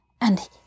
And